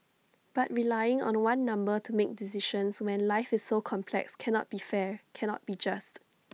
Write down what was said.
but relying on one number to make decisions when life is so complex cannot be fair cannot be just